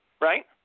right